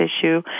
issue